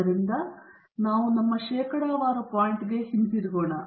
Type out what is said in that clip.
ಆದ್ದರಿಂದ ನಾವು ನಮ್ಮ ಶೇಕಡಾವಾರು ಪಾಯಿಂಟ್ಗೆ ಹಿಂತಿರುಗುತ್ತೇವೆ